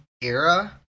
era